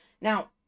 Now